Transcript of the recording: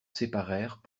séparèrent